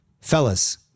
Fellas